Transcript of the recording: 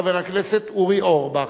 חבר הכנסת אורי אורבך.